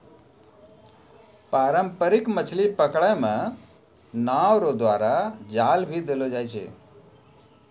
पारंपरिक मछली पकड़ै मे नांव रो द्वारा जाल भी देलो जाय छै